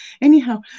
anyhow